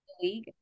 league